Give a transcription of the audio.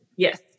Yes